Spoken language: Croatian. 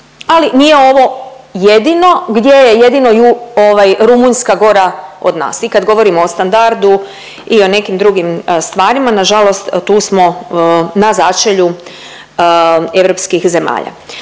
ali nije ovo jedino gdje je jedino ju… ovaj Rumunjska gora od nas i kad govorimo o standardu i o nekim drugim stvarima nažalost tu smo na začelju europskih zemalja.